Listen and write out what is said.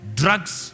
drugs